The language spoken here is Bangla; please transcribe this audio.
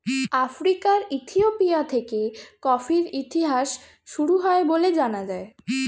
আফ্রিকার ইথিওপিয়া থেকে কফির ইতিহাস শুরু হয় বলে জানা যায়